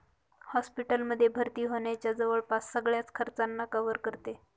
hospital मध्ये भर्ती होण्याच्या जवळपास सगळ्याच खर्चांना कव्हर करते